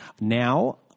now